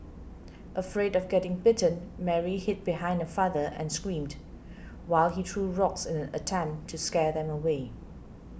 afraid of getting bitten Mary hid behind her father and screamed while he threw rocks in an attempt to scare them away